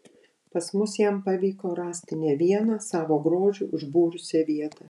pas mus jam pavyko rasti ne vieną savo grožiu užbūrusią vietą